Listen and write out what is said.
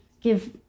give